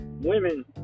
women